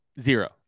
zero